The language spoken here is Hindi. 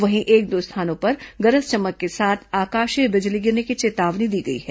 वहीं एक दो स्थानों पर गरज चमक के साथ आकाशीय बिजली गिरने की चेतावनी दी गई है